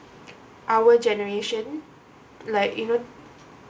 our generation like you know